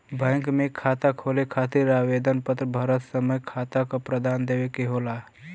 bank में खाता खोले खातिर आवेदन पत्र भरत समय खाता क प्रकार देवे के होला